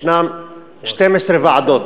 יש 12 ועדות